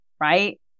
Right